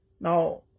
Now